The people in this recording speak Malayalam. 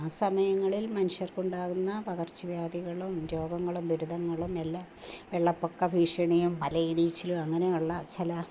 ആ സമയങ്ങളിൽ മനുഷ്യർക്കുണ്ടാകുന്ന പകർച്ചവ്യാധികളും രോഗങ്ങളും ദുരിതങ്ങളും എല്ലാം വെള്ളപ്പൊക്ക ഭീഷണിയും മലയിടിച്ചിലും അങ്ങനെയുള്ള ചില